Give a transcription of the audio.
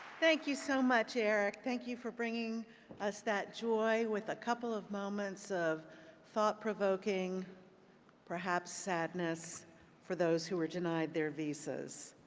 thank you so much, eric. thank you for bringing us that joy with a couple of moments of thought provoking perhaps sadness for those who were denied their visas.